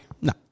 No